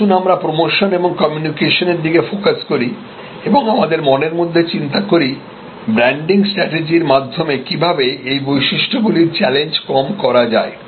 আসুন আমরা প্রমোশন এবং কমিউনিকেশনের দিকে ফোকাস করি এবং আমাদের মনের মধ্যে চিন্তা করি ব্র্যান্ডিং স্ট্র্যাটেজির সাহায্যে কীভাবে এই বৈশিষ্ট্যগুলির চ্যালেঞ্জ কম করা যায়